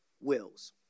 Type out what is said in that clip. wills